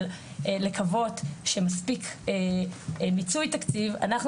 של לקוות שמספיק מיצוי תקציב - אנחנו